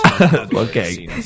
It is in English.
Okay